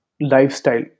lifestyle